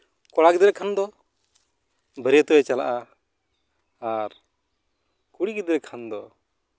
ᱠᱚᱲᱟ ᱜᱤᱫᱽᱨᱟᱹ ᱠᱷᱟᱱ ᱫᱚ ᱵᱟᱹᱨᱭᱟᱹᱛᱚᱜᱼᱮ ᱪᱟᱞᱟᱜᱼᱟ ᱟᱨ ᱠᱩᱲᱤ ᱜᱤᱫᱽᱨᱟᱹ ᱠᱷᱟᱱ ᱫᱚ